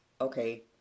okay